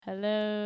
Hello